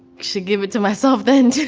should give it to myself then too.